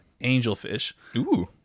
angelfish